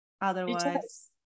Otherwise